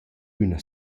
üna